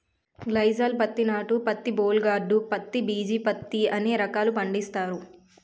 గ్లైసాల్ పత్తి నాటు పత్తి బోల్ గార్డు పత్తి బిజీ పత్తి అనే రకాలు పండిస్తారు